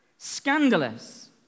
Scandalous